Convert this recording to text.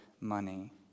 money